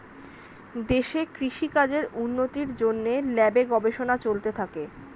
দেশে কৃষি কাজের উন্নতির জন্যে ল্যাবে গবেষণা চলতে থাকে